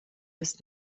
ist